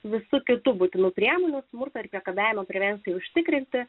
visų kitų būtinų priemonių smurto ar priekabiavimo prevencijai užtikrinti